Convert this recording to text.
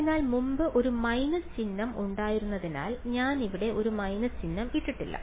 അതിനാൽ മുമ്പ് ഒരു മൈനസ് ചിഹ്നം ഉണ്ടായിരുന്നതിനാൽ ഞാൻ ഇവിടെ ഒരു മൈനസ് ചിഹ്നം ഇട്ടിട്ടില്ല